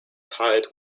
tired